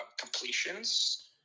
completions